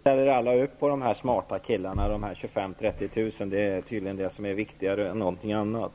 Herr talman! Alla ställer tydligen upp på de 25 000--30 000 smarta killarna. Det är tydligen viktigare än någonting annat.